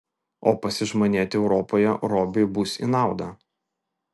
o pasižmonėti europoje robiui bus į naudą